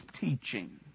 teaching